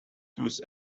thus